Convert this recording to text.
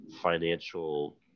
financial